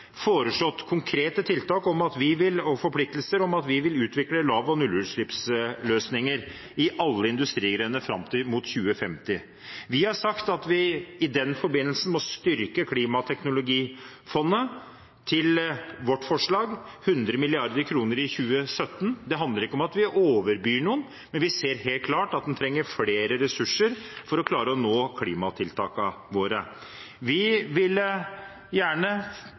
foreslått konkrete tiltak og forpliktelser om at vi vil utvikle lav- og nullutslippsløsninger i alle industrigrener fram mot 2050. Vi har sagt at vi i den forbindelse må styrke klimateknologifondet, etter vårt forslag til 100 mrd. kr i 2017. Det handler ikke om at vi overbyr noen, men vi ser helt klart at det trengs flere ressurser for å klare å nå klimamålene våre. Vi ville gjerne